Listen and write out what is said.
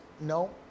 No